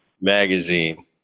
magazine